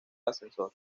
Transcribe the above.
ascensor